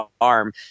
arm